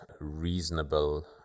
reasonable